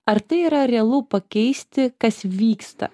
ar tai yra realu pakeisti kas vyksta